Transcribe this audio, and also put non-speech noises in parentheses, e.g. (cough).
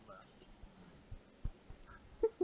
(laughs)